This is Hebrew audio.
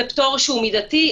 זה פטור שהוא מידתי,